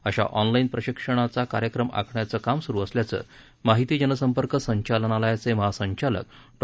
अशा ऑनलाईन प्रशिक्षणाचा कार्यक्रम आखण्याचं काम सुरु असल्याचं माहिती जनसंपर्क संचालनालयाचे महासंचालक डॉ